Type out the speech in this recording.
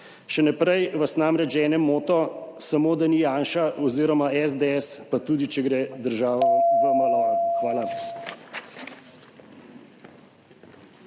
Še naprej vas namreč žene moto, samo da ni Janša oziroma SDS, pa tudi če gre država v maloro. Hvala.